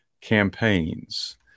campaigns